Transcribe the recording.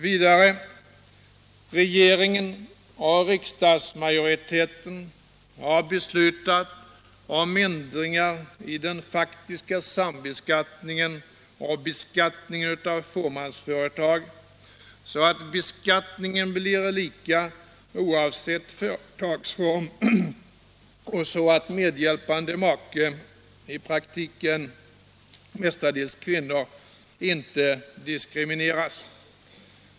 Vidare har regeringen och riksdagsmajoriteten beslutat om ändringar i den faktiska sambeskattningen och beskattningen av fåmansföretag, så att beskattningen blir lika oavsett företagsform och så att medhjälpande make, i praktiken mestadels kvinnor, inte diskrimineras.